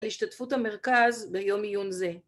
‫להשתתפות המרכז ביום עיון זה.